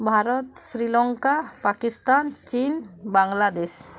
ଭାରତ ଶ୍ରୀଲଙ୍କା ପାକିସ୍ତାନ ଚୀନ ବାଂଲାଦେଶ